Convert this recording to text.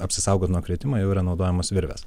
apsisaugot nuo kritimo jau yra naudojamos virvės